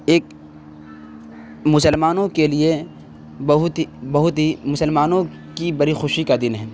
ایک مسلمانوں کے لیے بہت بہت ہی مسلمانوں کی بڑی خوشی کا دن ہے